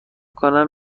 کنم